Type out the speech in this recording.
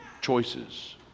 choices